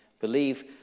believe